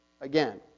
again